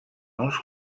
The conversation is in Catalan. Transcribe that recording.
uns